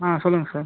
ஆ சொல்லுங்கள் சார்